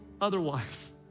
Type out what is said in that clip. otherwise